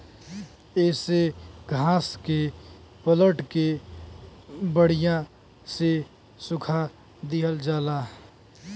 येसे घास के पलट के बड़िया से सुखा दिहल जाला